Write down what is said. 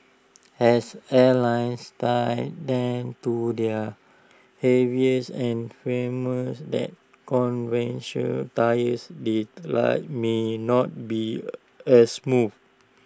as airless tyres tend to their heavier and firmer that convention tyres the ride may not be as smooth